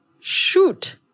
shoot